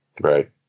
Right